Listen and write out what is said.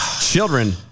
children